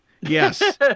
Yes